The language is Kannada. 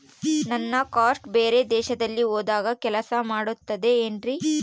ನನ್ನ ಕಾರ್ಡ್ಸ್ ಬೇರೆ ದೇಶದಲ್ಲಿ ಹೋದಾಗ ಕೆಲಸ ಮಾಡುತ್ತದೆ ಏನ್ರಿ?